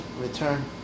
return